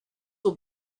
will